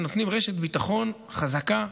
ונותנים רשת ביטחון חזקה,